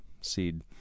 seed